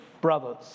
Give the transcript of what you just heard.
brothers